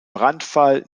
brandfall